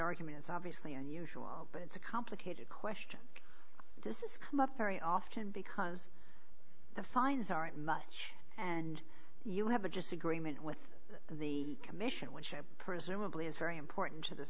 argument is obviously unusual but it's a complicated question this is come up very often because the fines aren't much and you have a disagreement with the commission winship presumably is very important to the